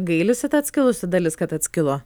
gailisi ta atskilusi dalis kad atskilo